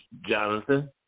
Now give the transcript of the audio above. Jonathan